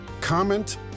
comment